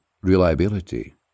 reliability